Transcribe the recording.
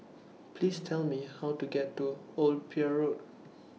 Please Tell Me How to get to Old Pier Road